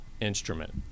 instrument